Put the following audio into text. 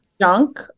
Junk